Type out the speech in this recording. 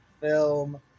film